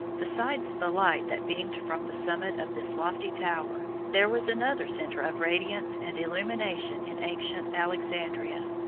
besides the light that beamed from the summit of this lofty tower, there was another center of radiance and illumination in ancient alexandria,